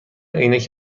عینک